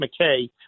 McKay